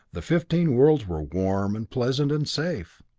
the fifteen worlds were warm, and pleasant, and safe.